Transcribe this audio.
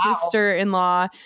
sister-in-law